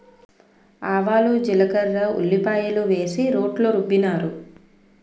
ఆవాలు జీలకర్ర ఉల్లిపాయలు వేసి రోట్లో రుబ్బినారు